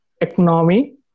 economy